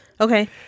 Okay